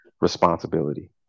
responsibility